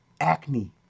acne